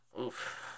oof